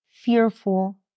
fearful